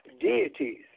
deities